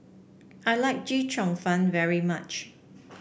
I like Chee Cheong Fun very much